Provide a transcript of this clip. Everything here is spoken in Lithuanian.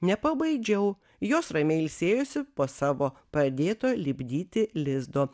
nepabaidžiau jos ramiai ilsėjosi po savo pradėto lipdyti lizdo